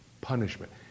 Punishment